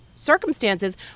Circumstances